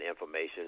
information